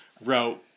wrote